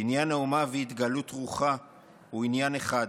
בניין האומה והתגלות רוחה הוא ענין אחד,